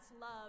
love